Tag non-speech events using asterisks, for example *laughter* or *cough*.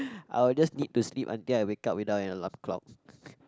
*breath* I'll just need to sleep until I wake up without an alarm clock *noise*